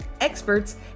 experts